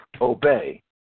obey